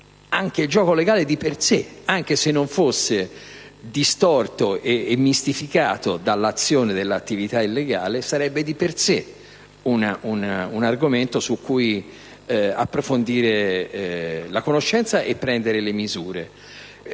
in numerosi loro interventi, anche se non fosse distorto e mistificato dall'azione dell'attività illegale, sarebbe già di per sé un argomento su cui approfondire la conoscenza e prendere le misure